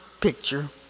picture